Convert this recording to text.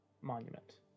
monument